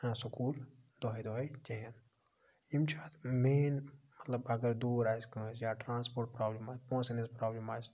school دۄہَے دۄہَے کِہیٖنۍ یِم چھِ اَتھ مین مَطلَب اَگر دوٗر آسہِ کٲنٛسہِ یا ٹرٛانسپوٹ پرٛابلِم آسہِ پونٛسَن ہِنٛز پرٛابلِم آسہِ